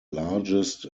largest